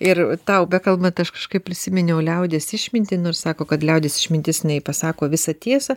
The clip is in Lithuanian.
ir tau bekalbant aš kažkaip prisiminiau liaudies išmintį nors sako kad liaudies išmintis nei pasako visą tiesą